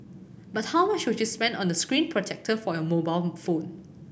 but how much would you spend on the screen protector for your mobile phone